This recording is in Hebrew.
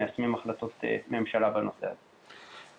מיישמים החלטות ממשלה בנושא הזה.